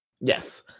Yes